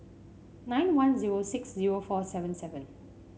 nine one zero six zero four seven seven